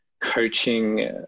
coaching